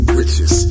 riches